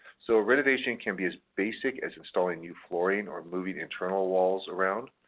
so a renovation can be as basic as installing new flooring or moving internal walls around,